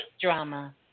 drama